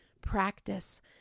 Practice